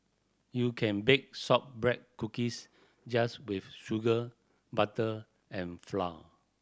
you can bake shortbread cookies just with sugar butter and flour